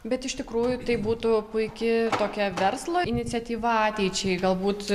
bet iš tikrųjų tai būtų puiki tokia verslo iniciatyva ateičiai galbūt